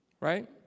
right